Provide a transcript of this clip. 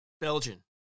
Belgian